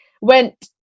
went